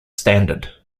standard